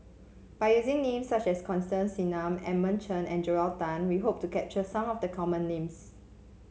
by using names such as Constance Singam Edmund Chen and Joel Tan we hope to capture some of the common names